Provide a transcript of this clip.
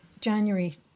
January